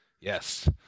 yes